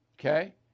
okay